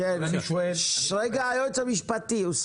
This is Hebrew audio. היועץ המשפטי, בבקשה.